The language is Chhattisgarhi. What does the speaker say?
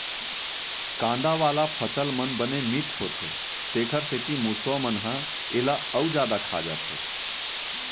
कांदा वाला फसल मन बने मिठ्ठ होथे तेखर सेती मूसवा मन ह एला अउ जादा खा जाथे